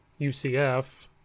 UCF